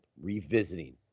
revisiting